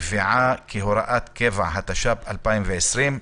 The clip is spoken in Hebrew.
- קביעה כהוראת קבע), התש"ף-2020.